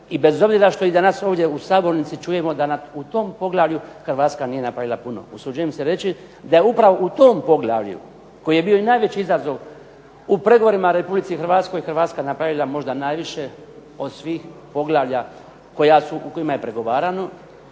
i bez obzira što i danas ovdje u sabornici čujemo da u tom poglavlju Hrvatska nije napravila puno. Usuđujem se reći da je upravo u tom poglavlju koje je bilo i najveći izazov u pregovorima Republike Hrvatske, Hrvatska napravila možda najviše od svih poglavlja u kojima je pregovarano.